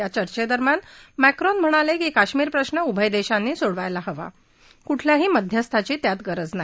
या चर्चे दरम्यान मॅक्रोन म्हणाले की काश्मिर चा प्रश्न उभय देशांनी सोडवायला हवा कुठल्या मध्यस्थाची गरज नाही